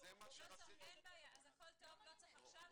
חברת גמא.